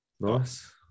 Nice